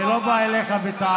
ואני לא בא אליך בטענות.